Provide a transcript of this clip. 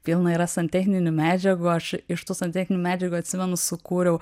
pilna yra santechninių medžiagų aš iš tų santechninių medžiagų atsimenu sukūriau